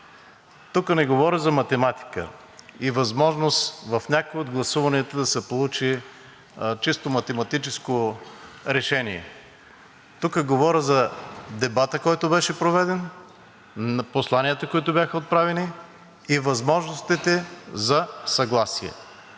тук не говоря за математика и възможност в някои от гласуванията да се получи чисто математическо решение. Тук говоря за дебата, който беше проведен, посланията, които бяха отправени, и възможностите за съгласие.